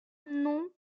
non